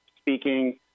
speaking